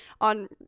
on